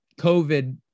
COVID